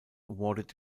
awarded